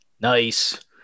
Nice